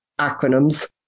acronyms